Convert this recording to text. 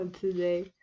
today